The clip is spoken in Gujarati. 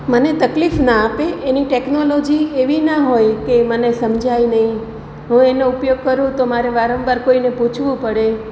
મને તકલીફ ના આપે એની ટેકનોલોજી એવી ના હોય કે મને સમજાય નહીં હું એનો ઉપયોગ કરું તો મારે વારંવાર કોઈને પૂછવું પડે